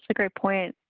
but great point.